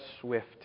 swift